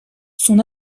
son